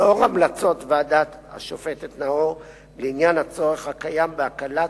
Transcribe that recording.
לאור המלצות ועדת השופטת נאור לעניין הצורך הקיים בהקלת